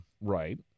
Right